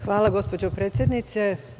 Hvala gospođo predsednice.